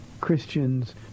Christians